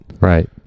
Right